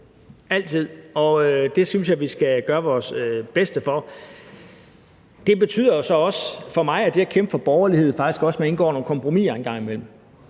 altid. Det synes jeg vi skal gøre vores bedste for. For mig er det at kæmpe for borgerlighed faktisk også, at man indgår nogle kompromiser engang imellem,